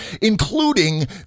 including